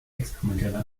experimenteller